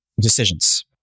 decisions